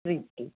break घेऊन